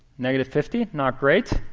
negative fifty, not great.